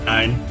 Nine